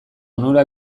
onura